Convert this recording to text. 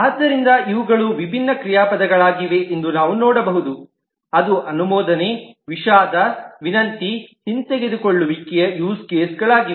ಆದ್ದರಿಂದ ಇವುಗಳು ವಿಭಿನ್ನ ಕ್ರಿಯಾಪದಗಳಾಗಿವೆ ಎಂದು ನಾವು ನೋಡಬಹುದು ಅದು ಅನುಮೋದನೆ ವಿಷಾದ ವಿನಂತಿ ಹಿಂತೆಗೆದುಕೊಳ್ಳುವಿಕೆಯ ಯೂಸ್ ಕೇಸ್ಗಳಾಗಿ